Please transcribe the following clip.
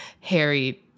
Harry